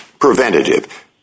preventative